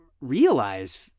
realize